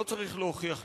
לא צריך להוכיח נזק,